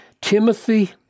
Timothy